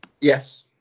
Yes